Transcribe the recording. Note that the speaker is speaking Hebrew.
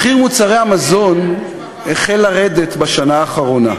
מחירי מוצרי המזון החלו לרדת בשנה האחרונה,